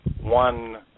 one